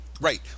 Right